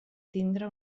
tindre